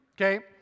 okay